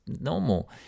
normal